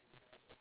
okay